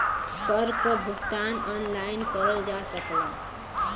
कर क भुगतान ऑनलाइन करल जा सकला